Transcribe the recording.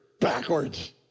backwards